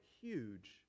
huge